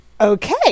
Okay